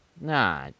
Nah